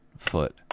foot